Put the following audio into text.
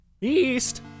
East